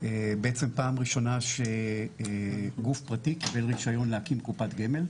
בעצם פעם ראשונה שגוף פרטי קיבל רשיון להקים קופת גמל.